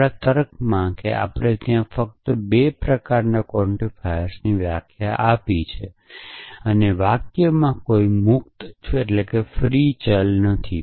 આપણા તર્કમાં કે આપણે ત્યાં ફક્ત 2 પ્રકારના ક્વોન્ટિફાયર્સની વ્યાખ્યા આપી છે અને વાક્યોમાં કોઈ મુક્ત ચલો નથી